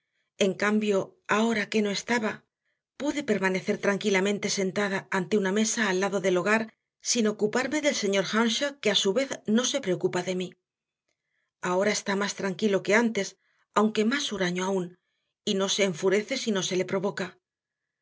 en cambio ahora que no estaba pude permanecer tranquilamente sentada ante una mesa al lado del hogar sin ocuparme del señor earnshaw que a su vez no se preocupa de mí ahora está más tranquilo que antes aunque más huraño aún y no se enfurece si no se le provoca